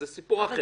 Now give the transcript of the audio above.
וזה סיפור אחר.